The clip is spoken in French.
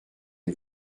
les